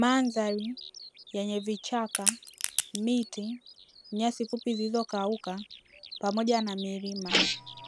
Mandhari yenye vichaka, miti, nyasi fupi zilizokauka pamoja na milima,